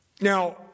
Now